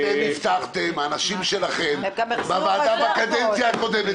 האנשים שלכם הבטיחו בוועדה שהתקיימה בקדנציה הקודמת